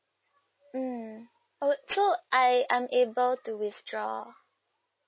mm oh so I I'm able to withdraw